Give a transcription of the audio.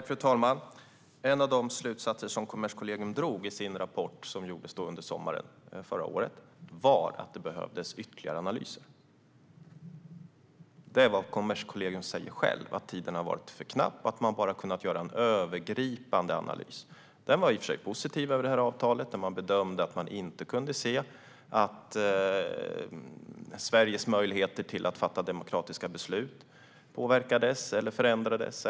Fru talman! En av de slutsatser som Kommerskollegium drog i sin rapport, som gjordes under sommaren förra året, var att det behövdes ytterligare analyser. Det är vad man säger själv på Kommerskollegium: Tiden har varit för knapp, och man har bara kunnat göra en övergripande analys. Analysen var i och för sig positiv när det gäller avtalet. Man bedömde att man inte kunde se att Sveriges möjligheter att fatta demokratiska beslut skulle påverkas eller förändras.